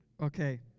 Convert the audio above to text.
Okay